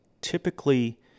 typically